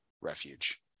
refuge